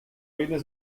venne